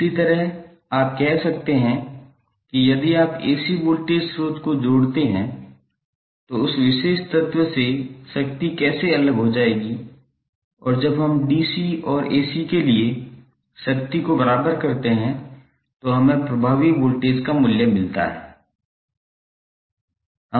इसी तरह आप कह सकते हैं कि यदि आप AC वोल्टेज स्रोत को जोड़ते हैं तो उस विशेष तत्व से शक्ति कैसे अलग हो जाएगी और जब हम DC और AC के लिए शक्ति को बराबर करते हैं तो हमें प्रभावी वोल्टेज का मूल्य मिलता है